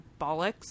Bollocks